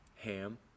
Ham